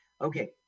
Okay